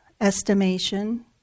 estimation